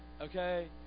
Okay